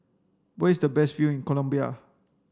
where is the best view in Colombia